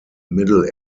middle